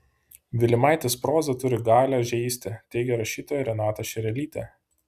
vilimaitės proza turi galią žeisti teigia rašytoja renata šerelytė